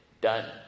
Done